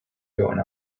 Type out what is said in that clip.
going